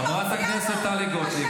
השם ייקום דמה --- חברת הכנסת טלי גוטליב,